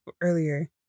earlier